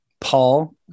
Paul